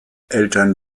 eltern